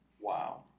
Wow